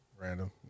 random